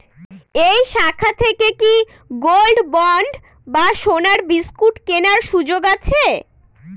এই শাখা থেকে কি গোল্ডবন্ড বা সোনার বিসকুট কেনার সুযোগ আছে?